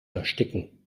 ersticken